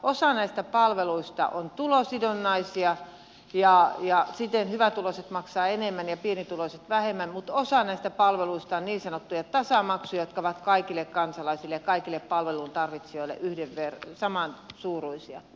osa näistä palveluista on tulosidonnaisia ja siten hyvätuloiset maksavat enemmän ja pienituloiset vähemmän mutta osa näistä palveluista on niin sanottuja tasamaksuja jotka ovat kaikille kansalaisille ja kaikille palveluntarvitsijoille saman suuruisia